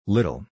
Little